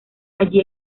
allí